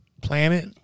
planet